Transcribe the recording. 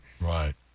Right